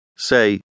Say